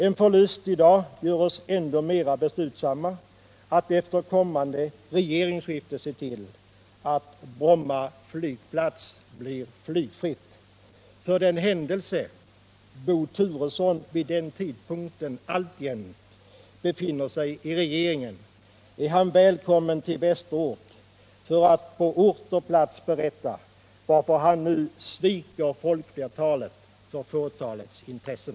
En förlust i dag gör oss ännu mer beslutsamma att efter kommande regeringsskifte se till att Bromma flygfält blir flygfritt. För den händelse Bo Turesson vid den tidpunkten alltjämt befinner sig i regeringen är han välkommen till Västerort för att på ort och ställe berätta varför han nu sviker folkflertalet för fåtalets intressen.